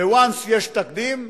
once יש תקדים,